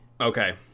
okay